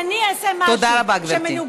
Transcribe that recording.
כשאני אעשה משהו שמנוגד